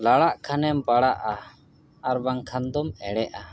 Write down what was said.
ᱞᱟᱲᱟᱜ ᱠᱷᱟᱱᱮᱢ ᱯᱟᱲᱟᱜᱼᱟ ᱟᱨ ᱵᱟᱝᱠᱷᱟᱱ ᱫᱚᱢ ᱮᱲᱮᱜᱼᱟ